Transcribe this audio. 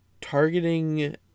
targeting